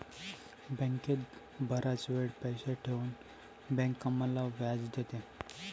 बँकेत बराच वेळ पैसे ठेवून बँक आम्हाला व्याज देते